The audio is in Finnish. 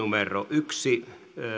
yksi